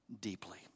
deeply